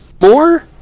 more